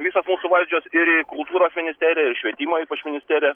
visos mūsų valdžios ir į kultūros ministeriją ir švietimo ypač ministeriją